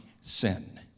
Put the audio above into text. sin